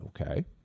Okay